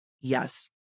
Yes